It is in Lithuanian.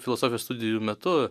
filosofijos studijų metu